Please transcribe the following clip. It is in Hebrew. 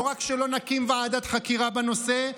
לא רק שלא נקים ועדת חקירה בנושא,